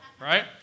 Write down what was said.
right